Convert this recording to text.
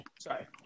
Sorry